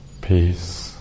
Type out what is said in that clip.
peace